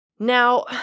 Now